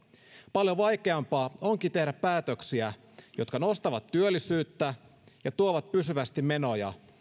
paljon vaikeampaa onkin tehdä päätöksiä jotka nostavat työllisyyttä ja tuovat pysyvästi menoja